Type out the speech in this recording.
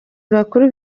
bakuru